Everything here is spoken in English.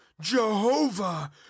jehovah